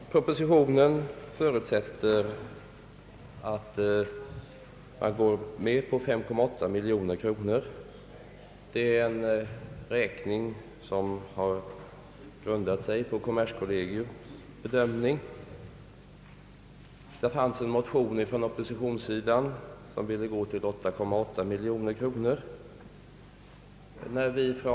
I propositionen föreslås ett anslag på 5,8 miljoner kronor. Det är en beräkning som har grundat sig på kommerskollegii bedömning. I en motion från oppositionens sida ville man gå upp till 8,8 miljoner kronor.